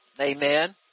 Amen